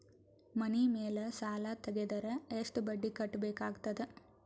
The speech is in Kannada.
ಮನಿ ಮೇಲ್ ಸಾಲ ತೆಗೆದರ ಎಷ್ಟ ಬಡ್ಡಿ ಕಟ್ಟಬೇಕಾಗತದ?